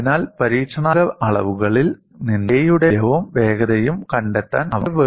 അതിനാൽ പരീക്ഷണാത്മക അളവുകളിൽ നിന്ന് K യുടെ മൂല്യവും വേഗതയും കണ്ടെത്താൻ അവർക്ക് കഴിഞ്ഞു